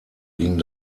ging